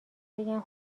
بگم